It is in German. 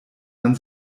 man